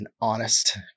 honest